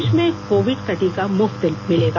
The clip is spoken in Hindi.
देश में कोविड का टीका मुफ्त मिलेगा